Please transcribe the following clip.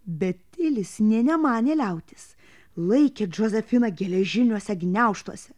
bet tilis nė nemanė liautis laikė džozefiną geležiniuose gniaužtuose